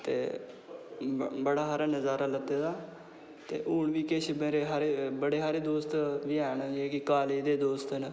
ते बड़ा हारा नज़ारा लैते दा ते हून बी किश बड़े हारे दोस्त बी हैन जेह्के कॉलेज दे दोस्त न